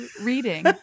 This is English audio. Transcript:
reading